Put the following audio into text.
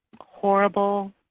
horrible